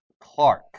Clark